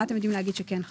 מה אתם יודעים להגיד שכן חל?